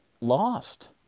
lost